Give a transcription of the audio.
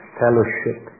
fellowship